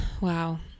Wow